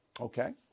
Okay